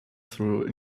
through